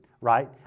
right